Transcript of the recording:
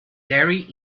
derry